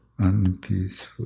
unpeaceful